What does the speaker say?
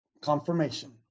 Confirmation